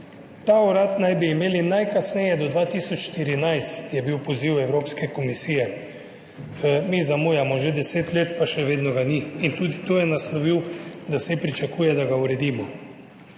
Ta urad naj bi imeli najkasneje do 2014, je bil poziv Evropske komisije, mi zamujamo že 10 let, pa še vedno ga ni. In tudi to je naslovil, da se pričakuje, da ga uredimo.